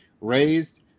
raised